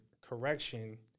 correction